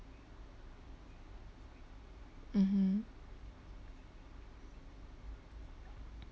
mmhmm